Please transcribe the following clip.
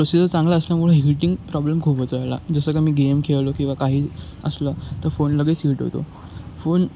procedure चांगला असल्यामुळे heating problem खूप होत याला जसं का मी गेम खेळलो किंवा काही असलं तर फोन लगेच हिट होतो फोन